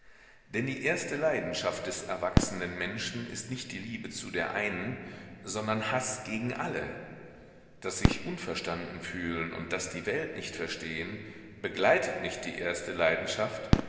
denn die erste leidenschaft des erwachsenden menschen ist nicht liebe zu der einen sondern haß gegen alle das sich unverstanden fühlen und das die welt nicht verstehen begleitet nicht die erste leidenschaft